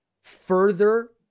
further